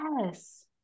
yes